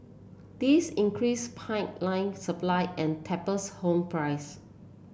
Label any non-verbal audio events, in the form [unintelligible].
this increase [unintelligible] supply and tapers home price